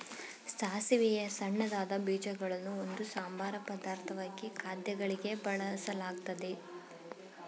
ಸಾಸಿವೆಯ ಸಣ್ಣದಾದ ಬೀಜಗಳನ್ನು ಒಂದು ಸಂಬಾರ ಪದಾರ್ಥವಾಗಿ ಖಾದ್ಯಗಳಿಗೆ ಬಳಸಲಾಗ್ತದೆ